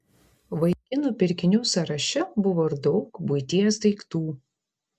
vaikinų pirkinių sąraše buvo ir daug buities daiktų